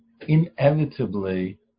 inevitably